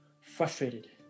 frustrated